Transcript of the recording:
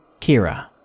Kira